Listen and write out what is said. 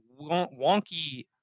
wonky